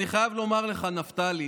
אני חייב לומר לך, נפתלי: